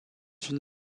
unes